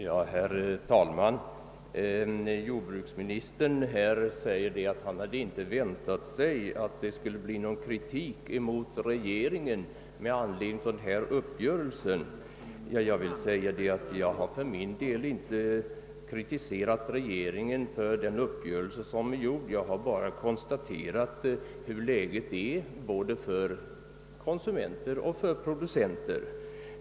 Herr talman! Jordbruksministern säger att han inte hade väntat sig att det skulle framföras kritik mot regeringen med anledning av den träffade uppgörelsen. Jag har för min del inte kritiserat regeringen för uppgörelsen — jag bar bara konstaterat hur läget är både för konsumenter och för producenter.